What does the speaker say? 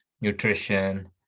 nutrition